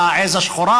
והעז השחורה,